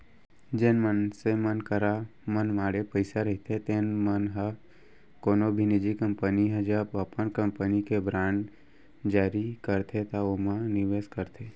जेन मनसे मन करा मनमाड़े पइसा रहिथे तेन मन ह कोनो भी निजी कंपनी ह जब अपन कंपनी के बांड जारी करथे त ओमा निवेस करथे